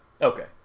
Okay